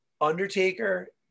Undertaker